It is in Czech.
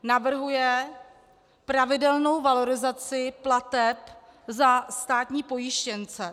Navrhuje pravidelnou valorizaci plateb za státní pojištěnce.